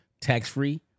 tax-free